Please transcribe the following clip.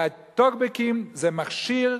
הטוקבקים זה מכשיר,